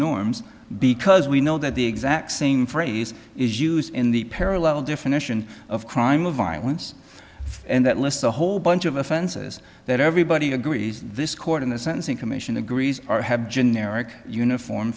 norms because we know that the exact same phrase is used in the parallel definition of crime of violence and that lists a whole bunch of offenses that everybody agrees this court in the sentencing commission agrees are have generic uniform